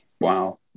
Wow